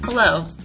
Hello